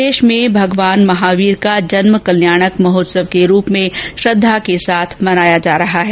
प्रदेश में भी भगवान महावीर का जन्म कल्याणक महोत्सव के रूप में श्रद्वा के साथ मनाया जा रहा है